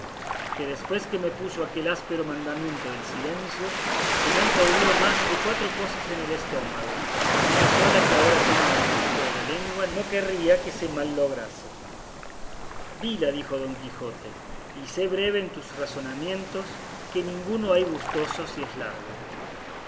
que después que me puso aquel áspero mandamiento del silencio se me han podrido más de cuatro cosas en el estómago y una sola que ahora tengo en el pico de la lengua no querría que se mal lograse dila dijo don quijote y sé breve en tus razonamientos que ninguno hay gustoso si es largo